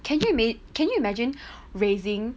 can you made can you imagine raising